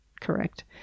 Correct